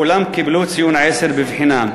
כולם קיבלו ציון 10 בבחינה.